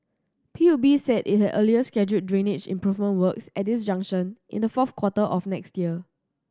P U B said it had earlier scheduled drainage improvement works at this junction in the fourth quarter of next year